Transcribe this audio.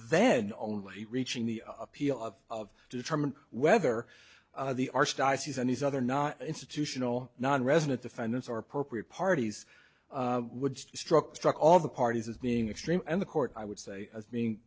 then only reaching the appeal of determine whether the archdiocese and these other not institutional nonresident defendants are appropriate parties would be struck struck all the parties as being extreme and the court i would say as being